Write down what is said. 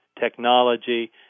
technology